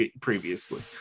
previously